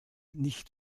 nicht